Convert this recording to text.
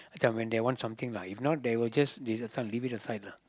as when they want something lah if not they will just leave this one leave it aside lah